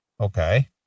Okay